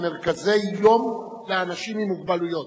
למרכזי יום לאנשים עם מוגבלויות).